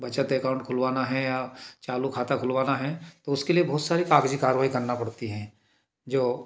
बचत एकाउंट खुलवाना है या चालू खाता खुलवाना है तो उसके लिए बहुत सारी कागजी कार्यवाही करना पड़ती है जो